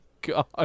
God